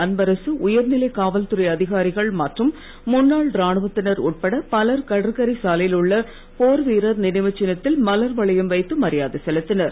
அன்பரசு உயர்நிலை காவல்துறை அதிகாரிகள் மற்றும் முன்னாள் ராணுவத்தினர் உட்பட பலர் கடற்கரை சாலையில் உள்ள போர்வீரர் நினைவுச் சின்னத்தில் மலர் வளையம் வைத்து மரியாதை செலுத்தினர்